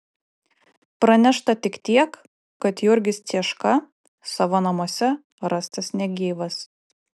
pranešta tik tiek kad jurgis cieška savo namuose rastas negyvas